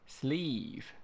Sleeve